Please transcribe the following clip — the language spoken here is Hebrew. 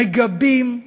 מגבים,